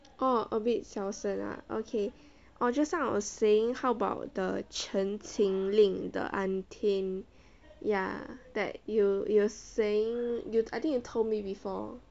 oh a bit 小声 ah okay oh just now I was saying how about the chen qing ling de an tian ya that you you are saying you I think you told me before